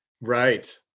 Right